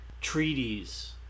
treaties